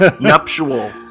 nuptial